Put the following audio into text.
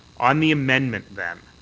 on the amendment, then,